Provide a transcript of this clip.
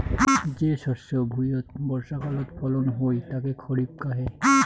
যে শস্য ভুঁইয়ত বর্ষাকালত ফলন হই তাকে খরিফ কহে